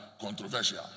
controversial